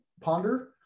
ponder